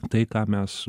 tai ką mes